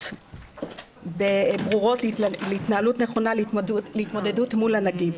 ברורות להתנהלות נכונה להתמודדות מול הנגיף,